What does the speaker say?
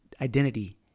identity